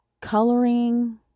Coloring